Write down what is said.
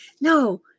No